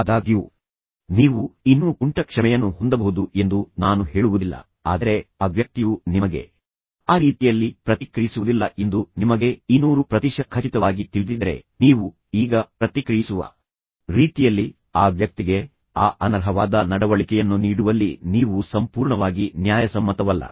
ಆದಾಗ್ಯೂ ನೀವು ಇನ್ನೂ ಕುಂಟ ಕ್ಷಮೆಯನ್ನು ಹೊಂದಬಹುದು ಎಂದು ನಾನು ಹೇಳುವುದಿಲ್ಲ ಆದರೆ ಆ ವ್ಯಕ್ತಿಯು ನಿಮಗೆ ಆ ರೀತಿಯಲ್ಲಿ ಪ್ರತಿಕ್ರಿಯಿಸುವುದಿಲ್ಲ ಎಂದು ನಿಮಗೆ 200 ಪ್ರತಿಶತ ಖಚಿತವಾಗಿ ತಿಳಿದಿದ್ದರೆ ನೀವು ಈಗ ಪ್ರತಿಕ್ರಿಯಿಸುವ ರೀತಿಯಲ್ಲಿ ಆ ವ್ಯಕ್ತಿಗೆ ಆ ಅನರ್ಹವಾದ ನಡವಳಿಕೆಯನ್ನು ನೀಡುವಲ್ಲಿ ನೀವು ಸಂಪೂರ್ಣವಾಗಿ ನ್ಯಾಯಸಮ್ಮತವಲ್ಲ